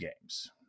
games